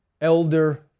elder